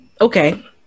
Okay